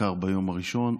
בעיקר ביום הראשון,